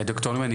דוקטור נעמי,